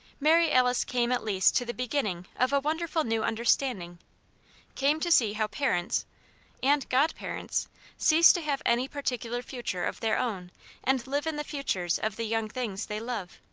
mary alice came at least to the beginning of a wonderful new understanding came to see how parents and god parents cease to have any particular future of their own and live in the futures of the young things they love.